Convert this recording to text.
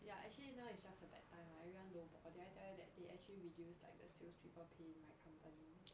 ya actually now is just a bad time ah everyone low ball did I tell you that they actually reduce the sales people pay in my company